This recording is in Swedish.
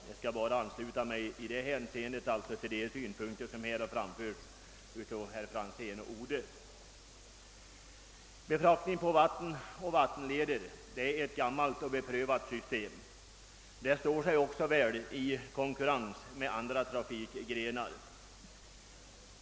Därvidlag vill jag endast ansluta mig till de synpunkter som här framförts av herrar Franzén och Odhe. Befraktningen på vatten och vattenleder är ett gammalt och beprövat system som står sig väl i konkurrensen med andra trafikmedel.